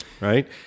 right